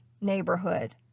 neighborhood